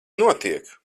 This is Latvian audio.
notiek